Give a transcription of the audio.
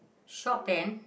shop and